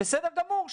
בסדר גמור,